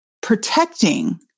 protecting